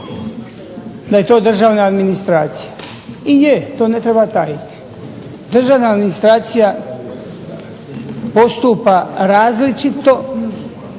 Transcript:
da je to državna administracija i je, to ne treba tajiti. Državna administracija postupa na različitim